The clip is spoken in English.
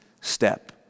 step